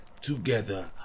together